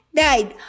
died